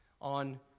on